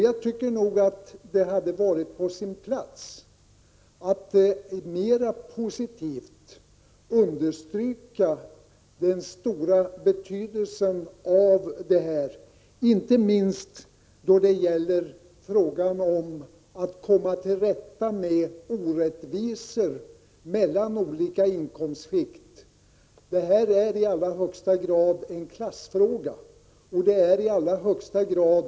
Jag tycker att det hade varit på sin plats att mer positivt understryka den stora betydelse som en meningsfull fritid har, inte minst då det gäller att komma till rätta med orättvisor mellan olika inkomstskikt. Detta är i alla högsta grad en klassfråga och en könsfråga.